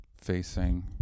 facing